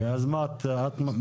מה את מציעה,